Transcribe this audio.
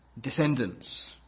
descendants